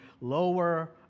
lower